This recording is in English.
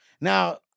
now